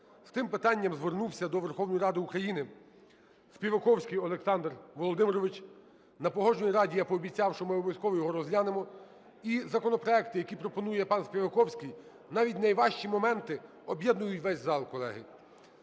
З тим питанням звернувся до Верховної Ради України Співаковський Олександр Володимирович. На Погоджувальній раді я пообіцяв, що ми обов'язково його розглянемо. І законопроекти, які пропонує пан Співаковський, навіть найважчі моменти, об'єднують весь зал, колеги.